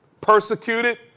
Persecuted